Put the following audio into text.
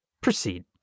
Proceed